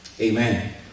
Amen